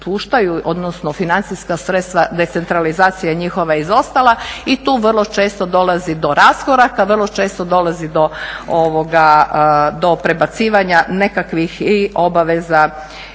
odnosno financijska sredstva decentralizacija njihova je izostala i tu vrlo često dolazi do raskoraka, vrlo često dolazi do prebacivanja nekakvih i obaveza